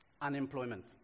Unemployment